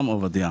עובדיה".